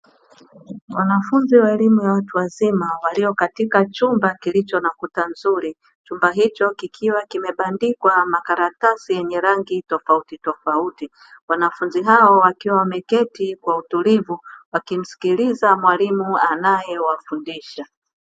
Wanafunzi wa elimu ya watu wazima walio katika chumba kilicho na kuta nzuri, chumba hicho kikiwa kimebandikwa makaratasi yenye rangi tofautitofauti. Wanafunzi hao wakiwa wameketi kwa utulivu wa kimsikiliza mwalimu anayewafundisha.